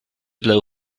blow